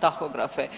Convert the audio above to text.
tahografe.